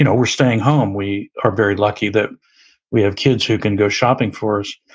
you know we're staying home. we are very lucky that we have kids who can go shopping for us,